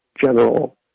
general